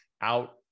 out